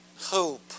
hope